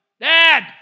Dad